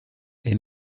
est